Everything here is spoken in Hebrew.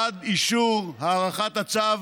בעד אישור הארכת הצו